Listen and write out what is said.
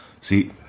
See